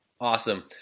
Awesome